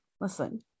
listen